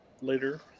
later